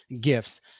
gifts